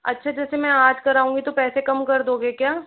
अच्छा जैसे मैं आज कराउंगी तो पैसे कम कर दोंगे क्या